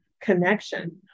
connection